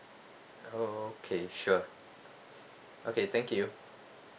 okay sure okay thank you